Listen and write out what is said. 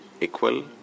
equal